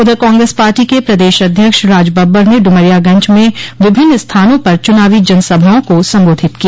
उधर कांग्रेस पार्टी के प्रदेश अध्यक्ष राज बब्बर ने ड्रमरियागंज में विभिन्न स्थानों पर चुनावी जनसभाओं को संबोधित किया